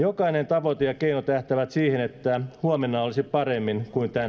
tavoite huomenna olisi paremmin kuin tänään